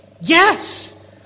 Yes